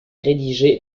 rédigé